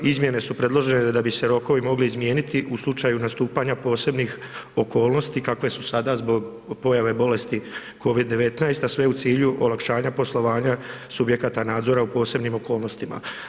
Izmjene su predložene da bi se rokovi mogli izmijeniti u slučaju nastupanja posebnih okolnosti kakve su sada zbog pojave bolesti COVID-19, a sve u cilju olakšanja poslovanja subjekata nadzora u posebnim okolnostima.